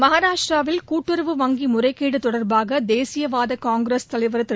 மகாராஷ்ட்டிராவில் கூட்டுறவு வங்கி முறைகேடு தொடர்பாக தேசியவாத காங்கிரஸ் தலைவர் திரு